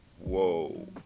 whoa